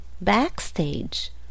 backstage